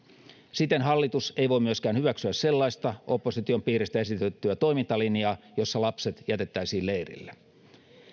siten hallitus ei voi myöskään hyväksyä sellaista opposition piiristä esitettyä toimintalinjaa jossa lapset jätettäisiin leirille